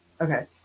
Okay